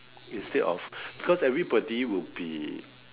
instead of cause everybody would be